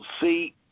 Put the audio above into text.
see